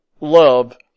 love